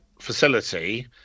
facility